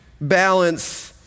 balance